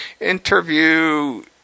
Interview